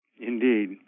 Indeed